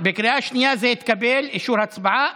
בקריאה שנייה זה התקבל, אישור הצבעה.